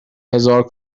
هزار